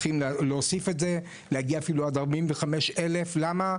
צריך להוסיף את זה, להגיע אפילו עד 45 אלף, למה?